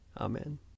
Amen